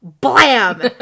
blam